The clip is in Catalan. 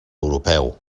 europeu